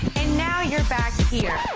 and now you're back here.